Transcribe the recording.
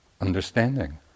understanding